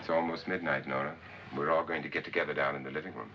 it's almost midnight no no we're all going to get together down in the living room